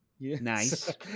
Nice